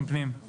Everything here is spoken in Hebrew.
פנים.